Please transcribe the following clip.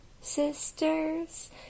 sisters